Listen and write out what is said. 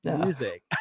music